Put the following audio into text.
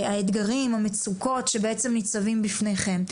האתגרים, המצוקות, שבעצם ניצבים בפניכם.